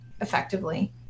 effectively